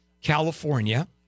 California